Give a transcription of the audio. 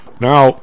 Now